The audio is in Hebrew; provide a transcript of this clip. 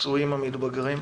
הפצועים המתבגרים.